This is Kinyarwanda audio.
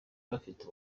abafite